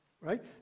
right